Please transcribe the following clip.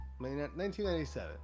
1997